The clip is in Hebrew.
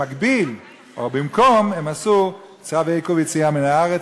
במקביל, או במקום, הם עשו צו עיכוב יציאה מן הארץ,